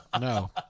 no